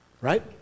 Right